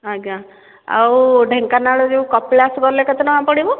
ଆଜ୍ଞା ଆଉ ଢେଙ୍କାନାଳ ରୁ କପିଳାସ ଗଲେ କେତେ ଟଙ୍କା ପଡ଼ିବ